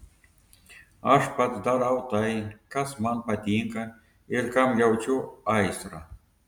aš pats darau tai kas man patinka ir kam jaučiu aistrą